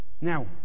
Now